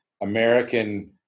American